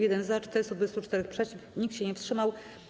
1 - za, 424 - przeciw, nikt się nie wstrzymał.